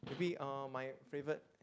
maybe uh my favourite